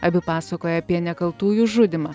abi pasakoja apie nekaltųjų žudymą